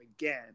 again